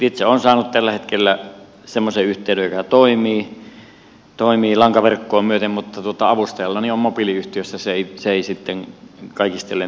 itse olen saanut tällä hetkellä semmoisen yhteyden joka toimii lankaverkkoa myöten mutta avustajallani on mobiiliyhteys ja se ei sitten kaikistellen toimi